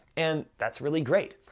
and that's really great.